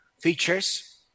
features